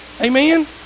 Amen